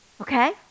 okay